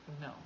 no